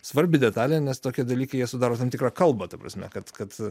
svarbi detalė nes tokie dalykai jie sudaro tam tikrą kalbą ta prasme kad kad